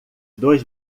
dois